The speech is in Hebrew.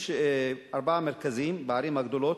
יש ארבעה מרכזים בערים הגדולות.